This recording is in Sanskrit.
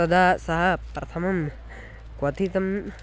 तदा सः प्रथमं क्वथितं